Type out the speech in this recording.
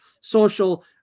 social